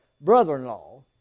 brother-in-law